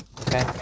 Okay